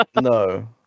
No